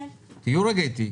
תהיו לרגע אתי.